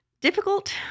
difficult